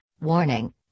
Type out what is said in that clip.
Warning